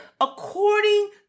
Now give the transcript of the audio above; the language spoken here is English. According